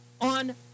on